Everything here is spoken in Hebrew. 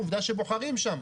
עובדה שבוחרים שם.